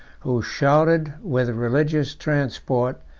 who shouted with religious transport,